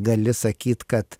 gali sakyt kad